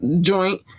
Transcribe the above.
joint